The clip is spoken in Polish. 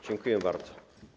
Dziękuję bardzo.